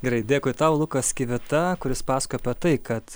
gerai dėkui tau lukas kivita kuris pasakojo apie tai kad